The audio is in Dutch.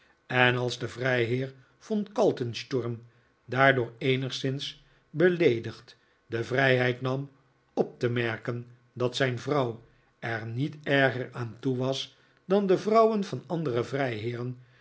en als de vrijheer von kaltensturm daardoor eenigszins beleedigd de vrijheid nam op te merken dat zijn vrouw er niet erger aan toe was dan de vrouwen van andere vrijheeren